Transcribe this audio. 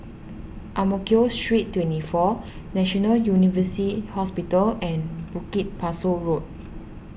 Ang Mo Kio Street twenty four National University Hospital and Bukit Pasoh Road